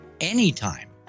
anytime